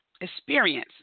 experience